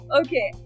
okay